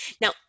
Now